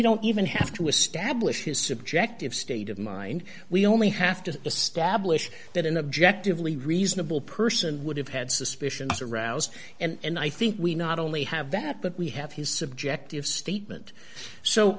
don't even have to establish his subjective state of mind we only have to establish that an objective lee reasonable person would have had suspicions aroused and i think we not only have that but we have his subjective statement so